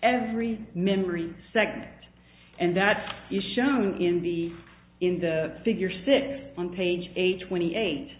every memory second and that is shown in the in the figure six on page eight twenty eight